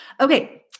Okay